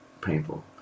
painful